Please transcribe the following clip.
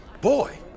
Boy